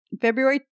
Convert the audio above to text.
February